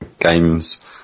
games